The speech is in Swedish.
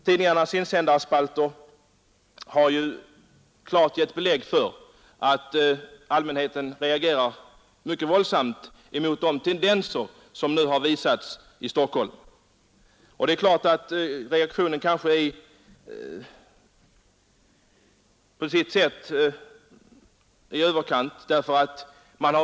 Tidningarnas insändarspalter har ju klart givit belägg för att allmänheten reagerar mycket våldsamt mot de tendenser som nu kommit till uttryck i Stockholm, Reaktionen är kanske på sitt sätt i överkant.